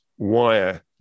wire